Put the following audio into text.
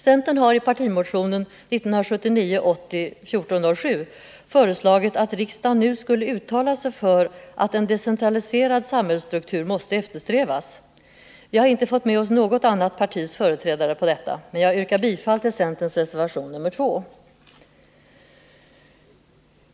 Centern har i partimotion 1979/80:1407 föreslagit att riksdagen nu skulle uttala sig för att en decentraliserad samhällsstruktur måste eftersträvas. Vi har inte fått med oss något annat partis företrädare på detta förslag. Jag yrkar bifall till centerns reservation 2.